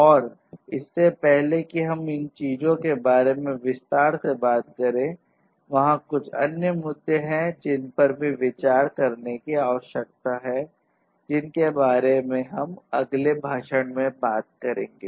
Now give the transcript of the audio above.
और इससे पहले कि हम उन चीजों के बारे में विस्तार से बात करें वहाँ कुछ अन्य मुद्दे हैं जिन पर भी विचार करने की आवश्यकता है और जिनके बारे में हम अगले भाषण में बात करेंगे